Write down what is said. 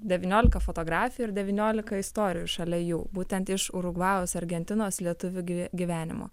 devyniolika fotografijų ir devyniolika istorijų šalia jų būtent iš urugvajaus argentinos lietuvių gyvenimo